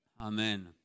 Amen